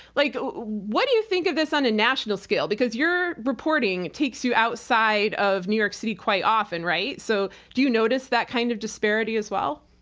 like what do you think of this on a national scale? because your reporting takes you outside of new york city quite often right? so do you notice that kind of disparity as well?